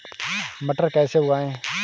मटर कैसे उगाएं?